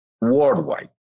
worldwide